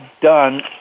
done